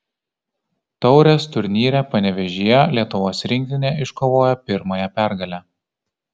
taurės turnyre panevėžyje lietuvos rinktinė iškovojo pirmąją pergalę